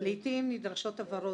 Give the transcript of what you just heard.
לעיתים נדרשות הבהרות,